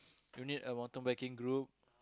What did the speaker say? you need a mountain biking group